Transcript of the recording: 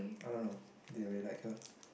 I don't know didn't really like her